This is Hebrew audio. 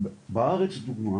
בארץ לדוגמה